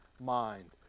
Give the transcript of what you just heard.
mind